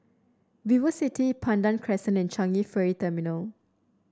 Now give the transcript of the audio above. VivoCity Pandan Crescent and Changi Ferry Terminal